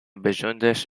besonders